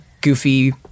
goofy